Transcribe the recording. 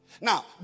Now